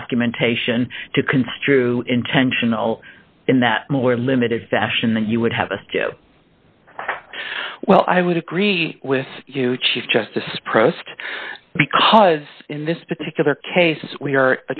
documentation to construe intentional in that more limited fashion than you would have a well i would agree with you chief justice protest because in this particular case we